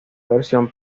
versión